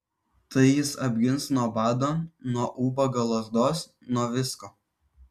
tai jis apgins nuo bado nuo ubago lazdos nuo visko